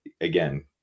again